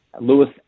Lewis